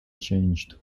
changed